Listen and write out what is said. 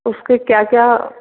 उसके क्या क्या